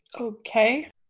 Okay